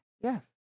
Yes